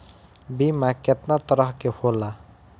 बीमा केतना तरह के होला?